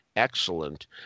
excellent